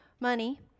money